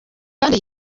kandi